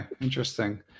interesting